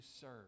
serve